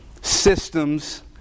systems